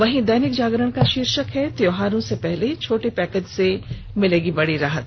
वहीं दैनिक जागरण का शीर्षक है त्यौहारों से पहले छोटे पैकेज से मिलेगी बड़ी राहत